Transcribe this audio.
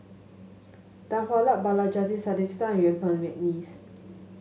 Tan Hwa Luck Balaji Sadasivan Yuen Peng McNeice